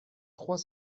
trois